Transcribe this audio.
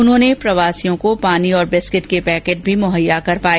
उन्होंने प्रवासियों को पानी और बिस्किट के पैकेट भी मुहैया करवाया